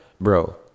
Bro